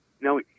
no